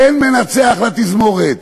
אין מנצח לתזמורת,